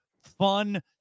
Fun